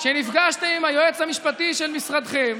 שפגשתם את היועץ המשפטי של משרדכם,